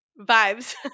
Vibes